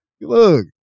Look